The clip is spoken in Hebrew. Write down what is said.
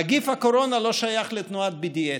נגיף הקורונה לא שייך לתנועת ה-BDS,